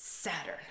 Saturn